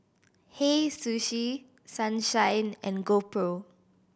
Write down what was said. Hei Sushi Sunshine and GoPro